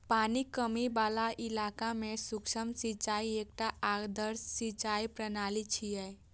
पानिक कमी बला इलाका मे सूक्ष्म सिंचाई एकटा आदर्श सिंचाइ प्रणाली छियै